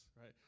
right